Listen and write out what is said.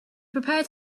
prepared